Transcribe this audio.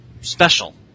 special